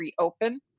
reopen